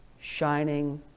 shining